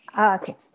Okay